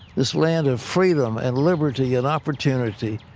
this land of freedom and liberty and opportunity.